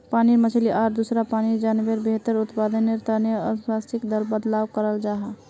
पानीर मछली आर दूसरा पानीर जान्वारेर बेहतर उत्पदानेर तने अनुवांशिक बदलाव कराल जाहा